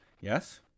Yes